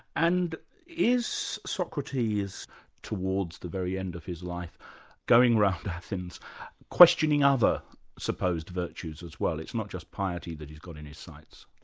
and is socrates towards the very end of his life going round athens questioning other supposed virtues as well it's not just piety that he's got in his sights?